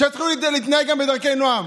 שיתחילו להתנהג גם בדרכי נועם,